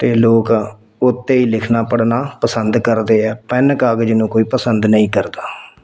ਅਤੇ ਲੋਕ ਉਹ 'ਤੇ ਹੀ ਲਿਖਣਾ ਪੜ੍ਹਨਾ ਪਸੰਦ ਕਰਦੇ ਆ ਪੈੱਨ ਕਾਗਜ਼ ਨੂੰ ਕੋਈ ਪਸੰਦ ਨਹੀਂ ਕਰਦਾ